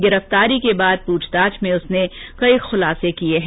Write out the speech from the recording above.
गिरफ्तारी के बाद प्रछताछ में उसने कई खुलासे किए हैं